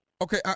Okay